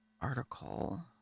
article